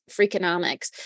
Freakonomics